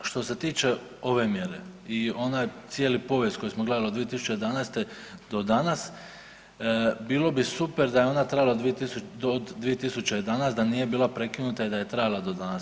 Što se tiče ove mjere i onu cijelu povijest koju smo gledali od 2011. do danas bilo bi super da je ona trajala, do 2011. da nije bila prekinuta i da je trajala do danas.